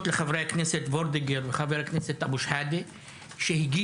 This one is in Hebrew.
לחברי הכנסת וולדינגר וחבר הכנסת אבו שחאדה שהגישו